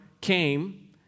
came